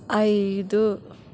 ఐదు